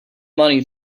money